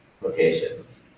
locations